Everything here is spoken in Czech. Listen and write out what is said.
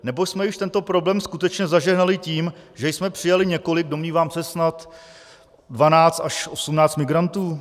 Nebo jsme již tento problém skutečně zažehnali tím, že jsme přijali několik, domnívám se, snad 12 až 18 migrantů?